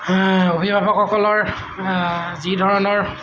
অভিভাৱকসকলৰ যিধৰণৰ